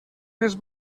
més